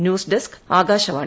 news desk Akashvani